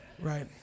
right